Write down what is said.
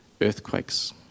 earthquakes